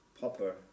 Popper